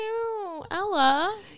Ella